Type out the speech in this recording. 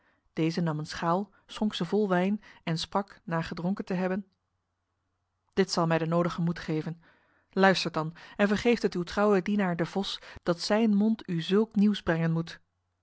deze nam een schaal schonk ze vol wijn en sprak na gedronken te hebben dit zal mij de nodige moed geven luistert dan en vergeeft het uw trouwe dienaar de vos dat zijn mond u zulk nieuws brengen moet